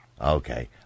Okay